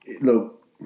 Look